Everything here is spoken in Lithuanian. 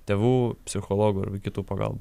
tėvų psichologų ir kitų pagalba